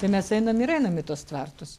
tai mes einam ir einam į tuos tvartus